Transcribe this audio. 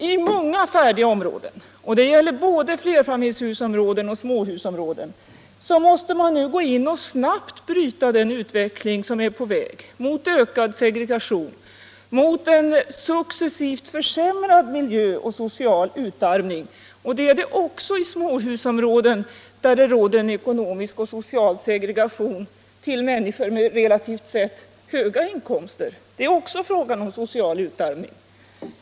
I många färdiga områden — det gäller både flerfamiljshusområden och småhusområden — måste man nu snabbt bryta den utveckling som är på väg mot ökad segregation, mot en successivt försämrad miljö och mot social utarmning. Det gäller också småhusområden, där det råder en ekonomisk och social segregation genom att småhusägarna är människor med relativt sett höga inkomster. Även i sådana fall är det fråga om en social utarmning.